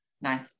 nice